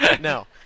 no